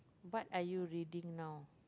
what are you reading now